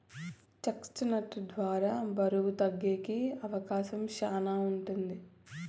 chest నట్ ద్వారా బరువు తగ్గేకి అవకాశం శ్యానా ఉంటది